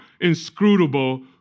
inscrutable